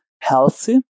healthy